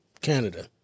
canada